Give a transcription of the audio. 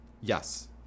Yes